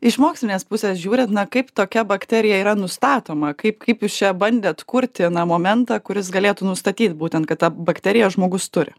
iš mokslinės pusės žiūrint na kaip tokia bakterija yra nustatoma kaip kaip jūs čia bandėt kurti na momentą kuris galėtų nustatyt būtent kad tą bakteriją žmogus turi